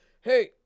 hey